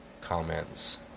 comments